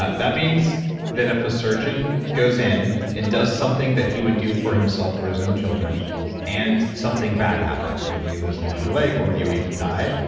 ah that means that if a surgeon goes in and does something that he would do for himself or his own children and something bad happens, whether you lose more of your leg or you even die,